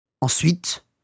Ensuite